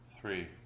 three